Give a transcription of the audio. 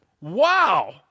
Wow